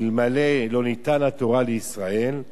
אלמלא לא ניתנה התורה לישראל,